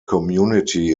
community